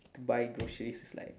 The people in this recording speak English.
buy groceries is like